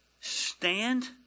Stand